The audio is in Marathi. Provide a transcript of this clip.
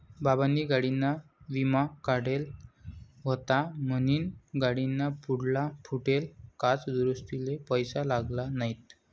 बाबानी गाडीना विमा काढेल व्हता म्हनीन गाडीना पुढला फुटेल काच दुरुस्तीले पैसा लागना नैत